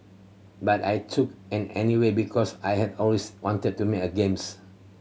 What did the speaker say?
but I took anyway because I had always wanted to make a games